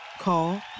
Call